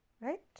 Right